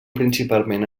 principalment